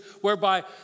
whereby